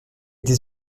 des